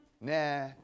nah